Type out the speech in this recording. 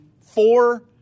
four